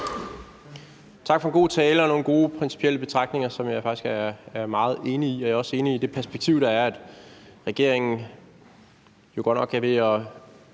Tak for en god tale og nogle gode principielle betragtninger, som jeg faktisk er meget enig i. Jeg er også enig i det perspektiv, der er, nemlig at regeringen godt nok er ved at